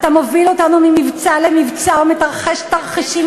אתה מוביל אותנו ממבצע למבצע ומתַרחש תרחישים